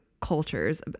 cultures